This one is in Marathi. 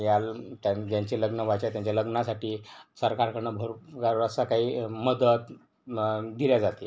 याल ज्यान ज्यांचे लग्न व्हायचे आहे त्यांच्या लग्नासाठी सरकारकडनं भरपूर असं काही मदत दिल्या जाते